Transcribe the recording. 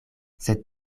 sed